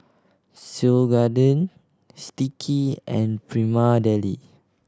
Seoul Garden Sticky and Prima Deli